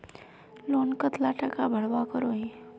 Loan कतला टाका भरवा करोही?